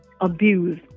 abused